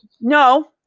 No